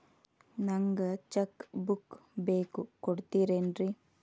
ನಂಗ cheque book ಬೇಕು ಕೊಡ್ತಿರೇನ್ರಿ?